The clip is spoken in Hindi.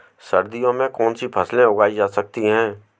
सर्दियों में कौनसी फसलें उगाई जा सकती हैं?